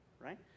right